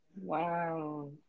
Wow